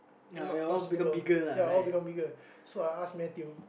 not not suitable ya all become bigger so I ask Matthew